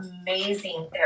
amazing